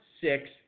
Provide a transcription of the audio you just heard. six